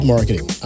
Marketing